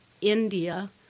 India